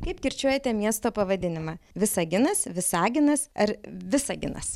kaip trypčiojate miesto pavadinimą visaginas visaginas ar visaginas